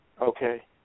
Okay